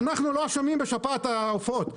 אנחנו לא אשמים בשפעת העופות,